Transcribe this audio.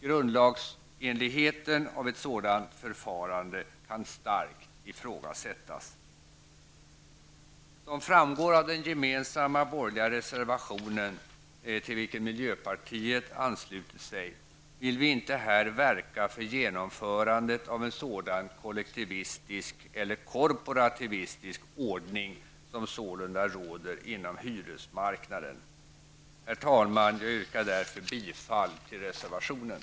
Grundlagsenligheten av ett sådant förfarande kan starkt ifrågasättas. Som framgår av den gemensamma borgerliga reservationen, till vilken miljöpartiet anslutit sig, vill vi inte här verka för genomförandet av en sådan kollektivistisk eller korporativistisk ordning som sålunda råder inom hyresmarknaden. Herr talman! Jag yrkar bifall till reservationen.